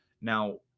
Now